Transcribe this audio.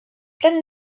pleine